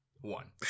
One